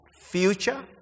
future